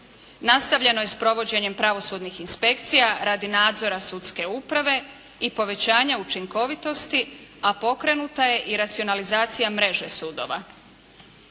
Nastavljeno je s provođenjem pravosudnih inspekcija radi nadzora sudske uprave i povećanja učinkovitosti, a pokrenuta je i racionalizacija mreže sudova.